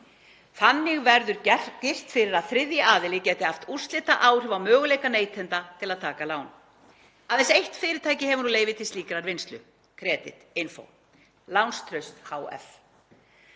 Þannig verður girt fyrir að þriðji aðili geti haft úrslitaáhrif á möguleika neytenda til að taka lán. Aðeins eitt fyrirtæki hefur nú leyfi til slíkrar vinnslu, Creditinfo Lánstraust hf.